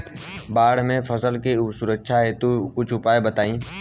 बाढ़ से फसल के सुरक्षा हेतु कुछ उपाय बताई?